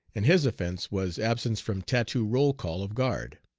and his offence was absence from tattoo roll-call of guard.